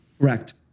Correct